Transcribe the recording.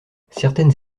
certaines